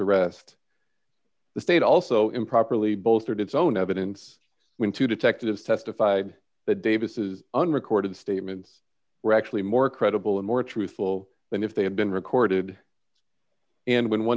arrest the state also improperly both heard its own evidence when two detectives testified that davis's unrecorded statements were actually more credible and more truthful than if they had been recorded and when one